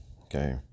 okay